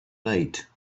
late